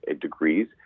degrees